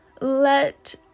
let